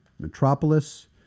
Metropolis